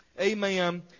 amen